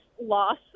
loss